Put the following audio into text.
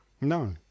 No